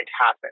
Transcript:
happen